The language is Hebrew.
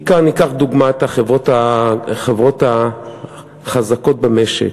בעיקר, ניקח דוגמה את החברות החזקות במשק.